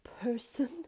person